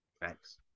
Thanks